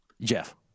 Jeff